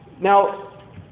Now